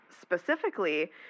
specifically